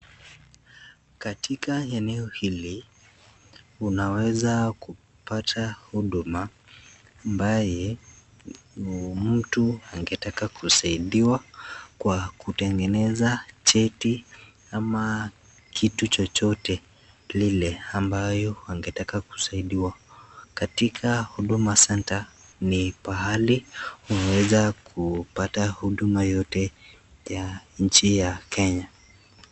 Katika eneo hili, unaweza kupata huduma, ambaye, mtu angetaka kusaidiwa kwa kutengeneza cheti ama kitu chochote lile angetaka kusaidiwa. Katika Huduma Center, ni pahali unaweza kupata huduma yoyote ya nchi ya Kenya.